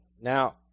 Now